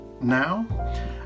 Now